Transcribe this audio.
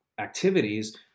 activities